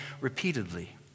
repeatedly